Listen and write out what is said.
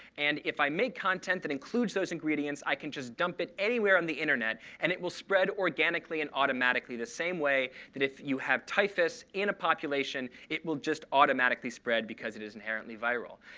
and if i make content that includes those ingredients, i can just dump it anywhere on the internet, and it will spread organically and automatically, the same way that if you have typhus in a population, it will just automatically spread, because it is inherently viral.